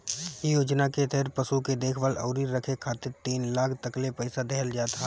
इ योजना के तहत पशु के देखभाल अउरी रखे खातिर तीन लाख तकले पईसा देहल जात ह